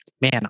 man